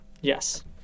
Yes